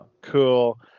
Cool